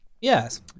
Yes